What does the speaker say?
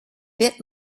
bit